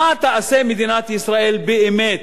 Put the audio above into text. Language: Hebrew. מה תעשה מדינת ישראל, באמת,